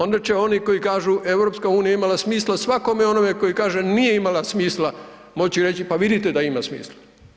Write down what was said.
Onda će oni koji kažu EU je imala smisla svakome onome koji kaže nije imala smisla, moći reći, pa vidite da ima smisla.